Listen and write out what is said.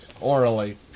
Orally